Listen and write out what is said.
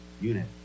unit